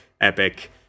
epic